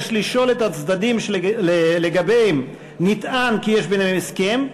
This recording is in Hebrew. יש לשאול את הצדדים שלגביהם נטען כי יש ביניהם הסכם,